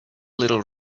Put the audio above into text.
little